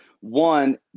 One